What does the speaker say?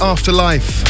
Afterlife